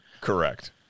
Correct